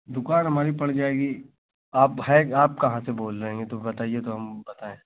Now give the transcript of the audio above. दुक़ान हमारी पड़ जाएगी आप हैं आप कहाँ से बोल रही हैं तो बताइए तो हम बताएँ